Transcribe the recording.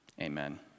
Amen